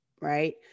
right